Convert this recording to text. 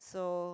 so